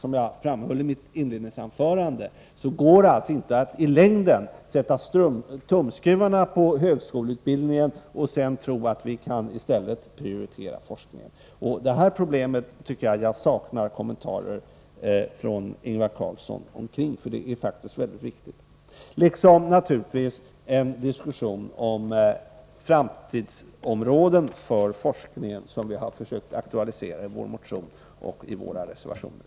Som jag framhöll i mitt inledningsanförande går det inte i längden att sätta tumskruvarna på högskoleutbildningen och sedan tro att vi i stället kan prioritera forskningen. Det här problemet tycker jag att jag saknar kommentarer från Ingvar Carlsson omkring. Det är faktiskt väldigt viktigt, liksom naturligtvis en diskussion om framtidsområden för forskningen, en fråga som vi har försökt aktualisera i vår motion och i våra reservationer.